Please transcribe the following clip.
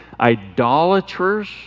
idolaters